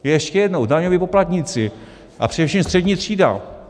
Ještě jednou daňoví poplatníci, a především střední třída.